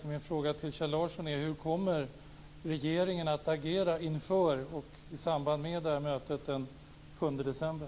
Min fråga till Kjell Larsson är därför: Hur kommer regeringen att agera inför och i samband med mötet den 7 december?